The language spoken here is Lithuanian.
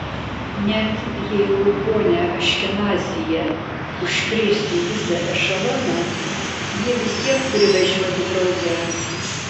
net jeigu ponia aškenazyje užkrėstų visą ešeloną ji vis tiek turi važiuoti drauge